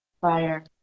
fire